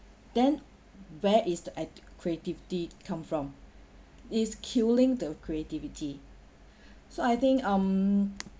then where is the art creativity come from it is killing the creativity so I think um